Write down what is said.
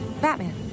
Batman